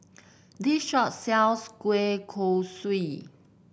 this shop sells Kueh Kosui